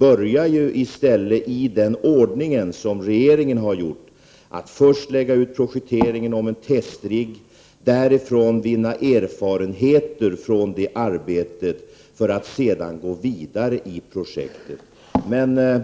agerar i stället i samma ordning som regeringen, dvs. att man först lägger ut projekteringen för en testrigg och vinner erfarenheter från det arbetet, för att sedan gå vidare i projektet.